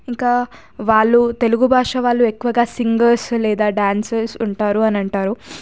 ఇంకా వాళ్ళు తెలుగు భాష వాళ్ళు ఎక్కువగా సింగర్స్ లేదా డాన్సర్స్ ఉంటారు అని అంటారు